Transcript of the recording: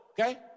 Okay